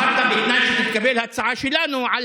אמרת: בתנאי שתתקבל ההצעה שלנו על